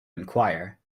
inquire